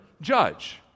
judge